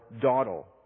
dawdle